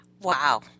Wow